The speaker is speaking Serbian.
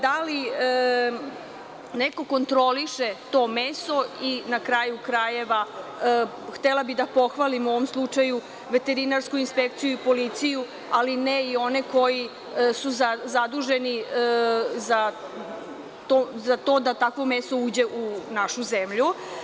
Da li neko kontroliše to meso i na kraju krajeva htela bih da pohvalim u ovom slučaju veterinarsku inspekciju i policiju, ali ne one koji su zaduženi za to da takvo meso uđe u našu zemlju.